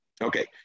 Okay